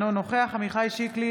אינו נוכח עמיחי שיקלי,